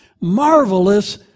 marvelous